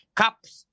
cups